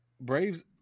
Braves